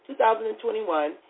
2021